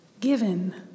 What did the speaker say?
given